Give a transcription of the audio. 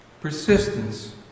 persistence